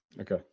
Okay